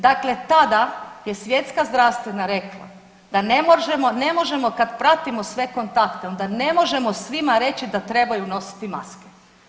Dakle, tada je Svjetska zdravstvena rekla da ne možemo kad pratimo sve kontakte, onda ne možemo svima reći da trebaju nositi maske.